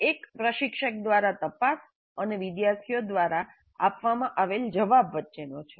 એક પ્રશિક્ષક દ્વારા તપાસ અને વિદ્યાર્થીઓ દ્વારા આપવામાં આવેલ જવાબ વચ્ચેનો છે